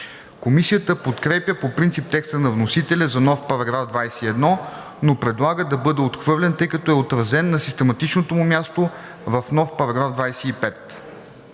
Комисията подкрепя по принцип текста на вносителя за нов § 21, но предлага да бъде отхвърлен, тъй като е отразен на систематичното му място в нов § 25.